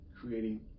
creating